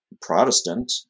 Protestant